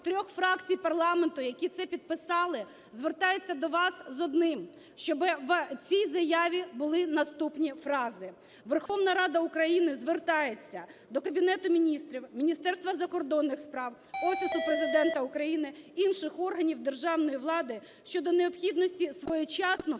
трьох фракцій парламенту, які це підписали) звертається до вас з одним, щоб в цій заяві були наступні фрази: "Верховна Рада України звертається до Кабінету Міністрів, Міністерства закордонних справ, Офісу Президента України, інших органів державної влади щодо необхідності своєчасного